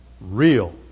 real